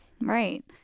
Right